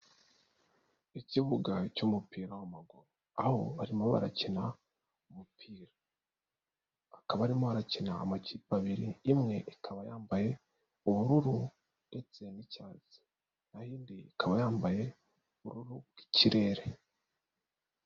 Ikibuga cy'umupira w'amaguru, aho barimo barakina umupira. Akaba harimo arakina amakipe abiri imwe ikaba yambaye ubururu ndetse n'icyatsi. Naho indi ikaba yambaye ubururu bw'ikirere.